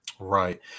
right